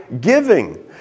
giving